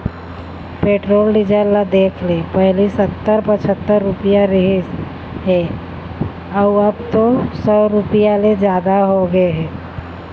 petrol diesel ल देखले पहिली सत्तर, पछत्तर रूपिया रिहिस हे अउ अब तो सौ रूपिया ले जादा होगे हे